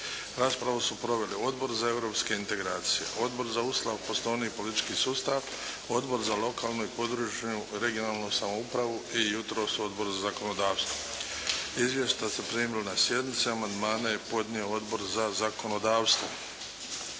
Raspravu su proveli: Odbor za europske integracije, Odbor za Ustav, Poslovnik i politički sustav, Odbor za lokalnu i područnu, regionalnu samoupravu i jutros Odbor za zakonodavstvo. Izvješća ste primili na sjednici. Amandmane je podnio Odbor za zakonodavstvo.